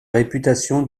réputation